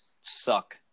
suck